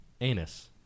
anus